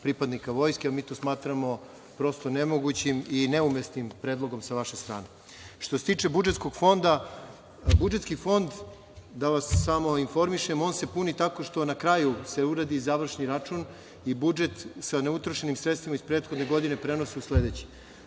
pripadnika vojske, a mi to smatramo prosto nemogućim i neumesnim predlogom sa vaše strane. Što se tiče budžetskog fonda, budžetski fond, da vas samo informišem, on se puni tako što se na kraju uradi završni račun i budžet sa neutrošenim sredstvima iz prethodne godine prenosi sledeće.